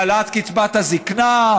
להעלאת קצבת הזקנה,